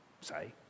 say